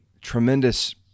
tremendous